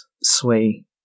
Sway